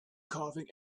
coughing